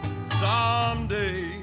someday